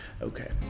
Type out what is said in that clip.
Okay